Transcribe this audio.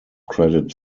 credit